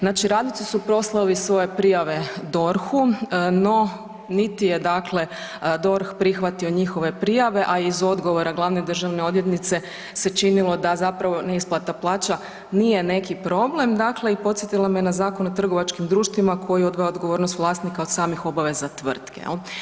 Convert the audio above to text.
Znači radnici su poslali svoje prijave DORH-u no niti je dakle DORH prihvatio njihove prijave, a iz odgovora glavne državne odvjetnice se činilo da zapravo neisplata plaća nije neki problem, dakle i podsjetila me na Zakon o trgovačkim društvima koji odvaja odgovornost vlasnika od samih obaveza tvrtke jel.